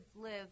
live